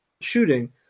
shooting